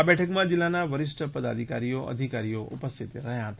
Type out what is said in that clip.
આ બેઠકમાં જીલ્લાના વરિષ્ઠ પદાધિકારીઓ અધિકારીઓ ઉપસ્થિત રહ્યા હતા